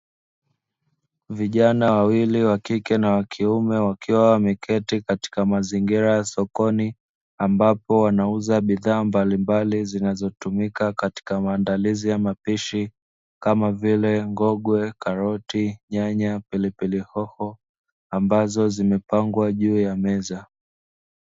Vijana wawili (wa kike na wa kiume) wakiwa wameketi katika mazingira ya sokoni ambapo wanauza bidhaa mbalimbali zinazotumika katika maandalizi ya mapishi, kama vile: ngongwe, karoti, nyanya, pilipili hoho; ambazo zimepangwa juu ya meza.